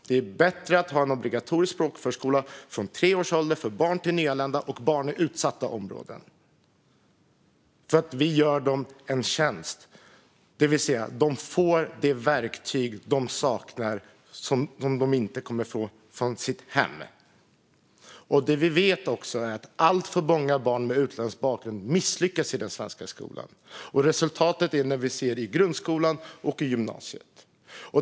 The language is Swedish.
Det är bättre att ha en obligatorisk språkförskola från tre års ålder för barn till nyanlända och barn i utsatta områden. Då gör vi dem en tjänst. De får det verktyg de saknar och som de inte kommer att få från sina hem. Det vi också vet är att alltför många barn med utländsk bakgrund misslyckas i den svenska skolan. Resultatet ser vi i grundskolan och på gymnasiet.